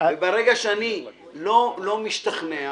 ברגע שאני לא משתכנע,